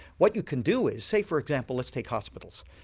what you can do is say for example let's take hospitals.